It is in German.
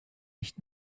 nicht